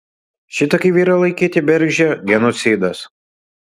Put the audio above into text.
šitokį vyrą laikyti bergždžią genocidas